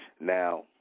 Now